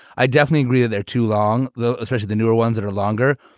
i definitely agree there too long, though, especially the newer ones that are longer.